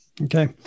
Okay